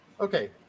Okay